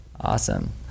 Awesome